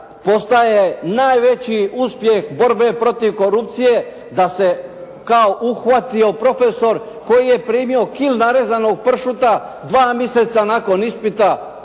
postaje najveći uspjeh borbe protiv korupcije, pa se kao uhvatio profesor koji je primio kilu narezanog pršuta dva mjeseca nakon ispita,